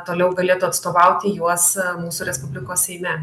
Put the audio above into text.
toliau galėtų atstovauti juos mūsų respublikos seime